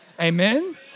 Amen